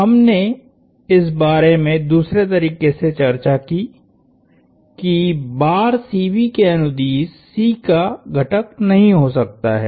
हमने इस बारे में दूसरे तरीके से चर्चा की कि बार CB के अनुदिश C का घटक नहीं हो सकता है